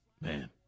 man